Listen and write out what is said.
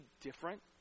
different